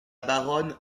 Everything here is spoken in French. baronne